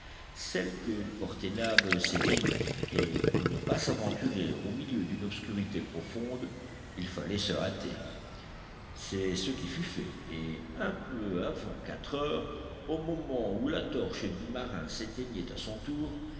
celle que portait nab s'éteignit et pour ne pas s'aventurer au milieu d'une obscurité profonde il fallait se hâter c'est ce qui fut fait et un peu avant quatre heures au moment où la torche du marin s'éteignait à son tour